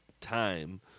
time